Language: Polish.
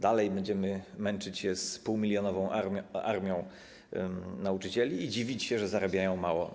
Dalej będziemy męczyć się z półmilionową armią nauczycieli i dziwić się, że zarabiają mało.